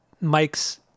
Mike's